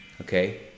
Okay